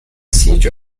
siege